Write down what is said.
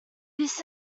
this